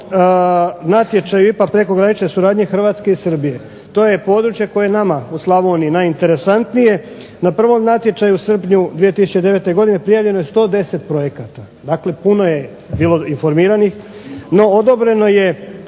prvom natječaju IPA prekogranične suradnje Hrvatske i Srbije to je područje koje je nama u Slavoniji najinteresantnije. Na prvom natječaju u srpnju 2009. godine prijavljeno je 110 projekata. Dakle, puno je bilo informiranih, no odobreno je